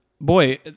Boy